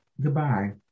Goodbye